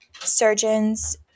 Surgeons